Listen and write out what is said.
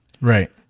Right